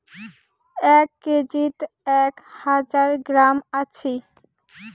এক কেজিত এক হাজার গ্রাম আছি